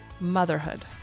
motherhood